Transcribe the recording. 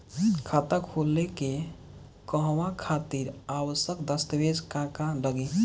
खाता खोले के कहवा खातिर आवश्यक दस्तावेज का का लगी?